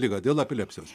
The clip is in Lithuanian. ligą dėl epilepsijos